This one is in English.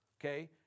Okay